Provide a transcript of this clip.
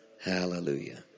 Hallelujah